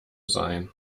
sein